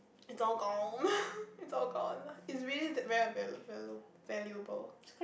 it's all gone it's all gone it's really very value~ value~ valuable